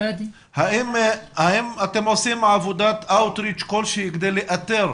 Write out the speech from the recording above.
האם אתם עושים עבודת אאוט ריצ' כלשהי כדי לאתר